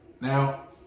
Now